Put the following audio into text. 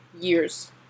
years